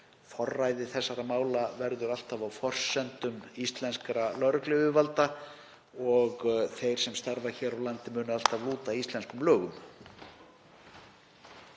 Forræði þessara mála verður alltaf á forsendum íslenskra lögregluyfirvalda og þeir sem starfa hér á landi munu alltaf lúta íslenskum lögum.